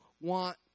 want